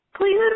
Please